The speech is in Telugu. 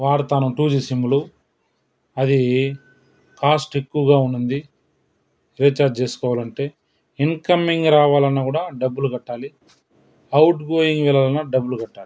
వాడుతాను టూ జీ సిమ్లు అది కాస్ట్ ఎక్కువగా ఉండింది రీచార్జ్ చేసుకోవాలంటే ఇన్కమింగ్ రావాలన్నా కూడా డబ్బులు కట్టాలి అవుట్గోయింగ్ వెళ్ళానన్న డబ్బులు కట్టాలి